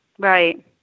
Right